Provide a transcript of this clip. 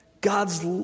God's